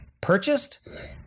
purchased